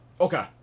okay